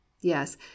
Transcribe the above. Yes